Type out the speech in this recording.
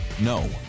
no